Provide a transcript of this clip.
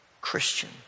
Christian